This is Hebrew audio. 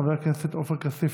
חבר הכנסת עופר כסיף,